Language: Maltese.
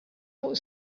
fuq